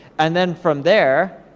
and then from there,